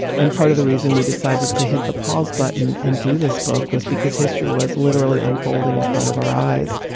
and part of the reason we decided. hit the pause button and do this book was because history was literally unfolding in front of our eyes.